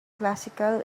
classical